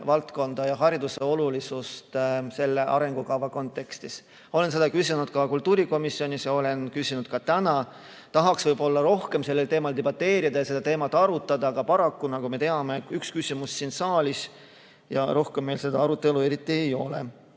haridusvaldkonda ja hariduse olulisust selle arengukava kontekstis. Olen seda küsinud ka kultuurikomisjonis ja küsisin ka täna. Tahaks võib-olla rohkem sellel teemal debateerida ja seda teemat arutada, aga paraku, nagu me teame, on meil üks küsimus siin saalis ja rohkem seda arutelu eriti ei ole.